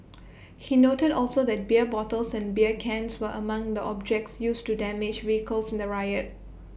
he noted also that beer bottles and beer cans were among the objects used to damage vehicles in the riot